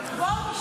בואו נשב,